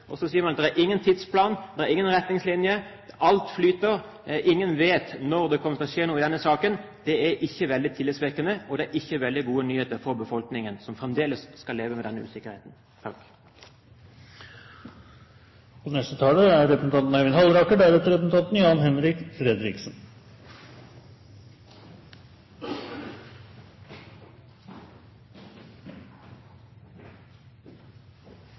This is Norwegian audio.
og så sier man at det er ingen tidsplan, det er ingen retningslinjer – alt flyter. Ingen vet når det kommer til å skje noe i denne saken. Det er ikke veldig tillitvekkende, og det er ikke veldig gode nyheter for befolkningen som fremdeles skal leve med denne usikkerheten.